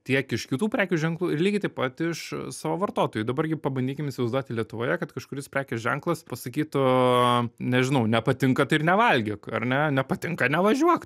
tiek iš kitų prekių ženklų ir lygiai taip pat iš savo vartotojų dabar gi pabandykim įsivaizduoti lietuvoje kad kažkuris prekės ženklas pasakytų nežinau nepatinka tai ir nevalgyk ar ne nepatinka nevažiuok